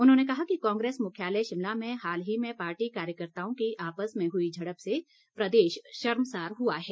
उन्होंने कहा कि कांग्रेस मुख्यालय शिमला में हाल ही में पार्टी कार्यकर्ताओं की आपस में हुई झड़प से प्रदेश शर्मसार हुआ है